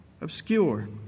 obscure